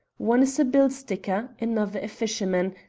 one is a bill-sticker, another a fisherman,